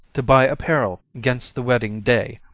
to buy apparel gainst the wedding-day.